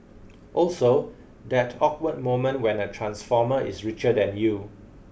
also that awkward moment when a transformer is richer than you